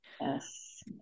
Yes